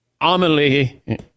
Amelie